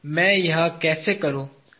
मैं यह कैसे करूँ